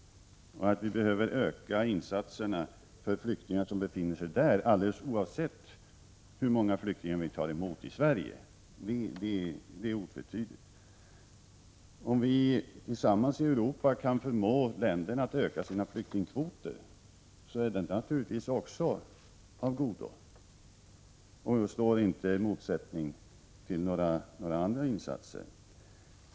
Att vi behöver öka insatserna för flyktingar som befinner sig där alldeles oavsett hur många flyktingar som vi tar emot i Sverige är otvetydigt. Om vi tillsammans i Europa kan förmå länderna att öka sina flyktingkvoter är det naturligtvis av godo och står inte i motsättning till andra insatser.